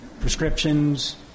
prescriptions